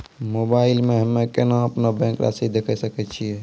Mobile मे हम्मय केना अपनो बैंक रासि देखय सकय छियै?